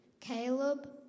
Caleb